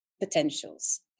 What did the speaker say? potentials